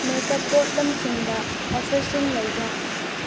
make up ꯄꯣꯠꯂꯝꯁꯤꯡꯗ ꯑꯣꯐꯔꯁꯤꯡ ꯂꯩꯕ꯭ꯔꯥ